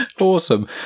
awesome